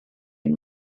and